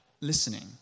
listening